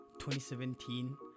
2017